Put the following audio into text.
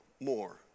more